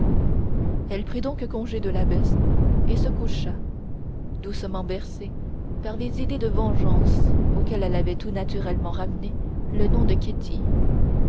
elle prit donc congé de l'abbesse et se coucha doucement bercée par les idées de vengeance auxquelles l'avait tout naturellement ramenée le nom de